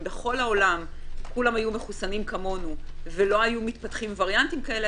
אם בכל העולם כולם היו מחוסנים כמונו ולא היו מתפתחים וריאנטים כאלה,